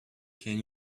can